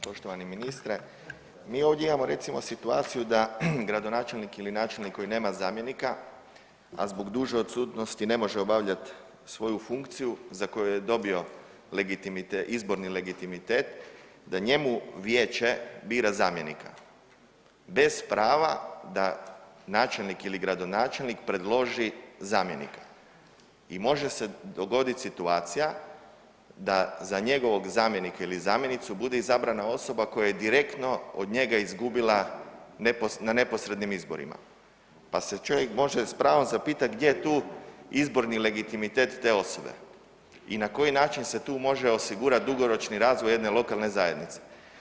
Poštovani ministre, mi ovdje imamo recimo situaciju da gradonačelnik ili načelnik koji nema zamjenika, a zbog duže odsutnosti ne može obavljat svoju funkciju za koju je dobio izborni legitimitet da njemu vijeće bira zamjenika bez prava da načelnik ili gradonačelnik predloži zamjenika i može se dogodit situacija da za njegovog zamjenika ili zamjenicu bude izabrana osoba koja je direktno od njega izgubila na neposrednim izborima, pa se čovjek može s pravom zapitat gdje je tu izborni legitimitet te osobe i na koji način se tu može osigurat dugoročni razvoj jedne lokalne zajednice.